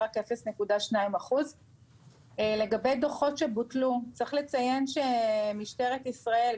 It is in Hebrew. רק 0.2%. לגבי דוחות שבוטלו צריך לציין שמשטרת ישראל,